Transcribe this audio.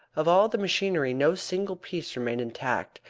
of all the machinery no single piece remained intact,